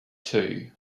two